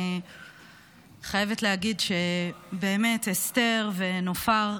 אני חייבת להגיד שבאמת אסתר ונופר,